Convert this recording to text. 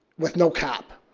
with no cap.